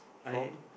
from